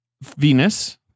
Venus